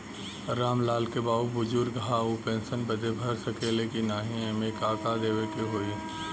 राम लाल के बाऊ बुजुर्ग ह ऊ पेंशन बदे भर सके ले की नाही एमे का का देवे के होई?